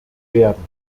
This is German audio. werden